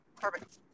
perfect